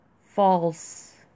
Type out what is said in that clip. false